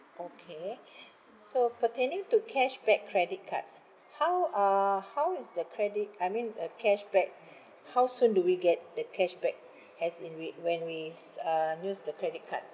okay so pertaining to cashback credit cards how uh how is the credit I mean uh cashback how soon do we get the cashback as in we when we s~ uh use the credit card